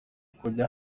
kujya